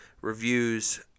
reviews